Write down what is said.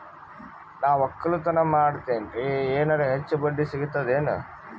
ನಾ ಒಕ್ಕಲತನ ಮಾಡತೆನ್ರಿ ಎನೆರ ಹೆಚ್ಚ ಬಡ್ಡಿ ಸಿಗತದೇನು?